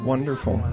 Wonderful